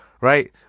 right